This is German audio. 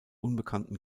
unbekannten